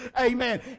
Amen